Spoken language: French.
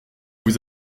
vous